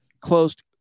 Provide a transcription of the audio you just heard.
Closed